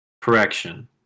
Correction